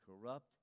corrupt